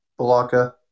Balaka